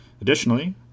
Additionally